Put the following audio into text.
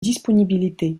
disponibilité